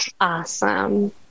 Awesome